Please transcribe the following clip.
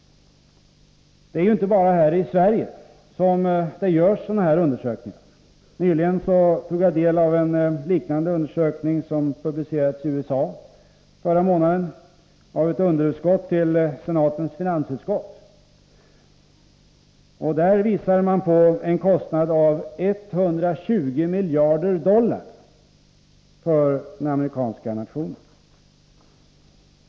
Det är inte bara här i Sverige som det görs sådana här undersökningar. Nyligen tog jag del av en liknande undersökning som publicerades förra månaden i USA av ett underutskott till senatens finansutskott. Där visar man på en kostnad av 120 miljarder dollar för den amerikanska nationen.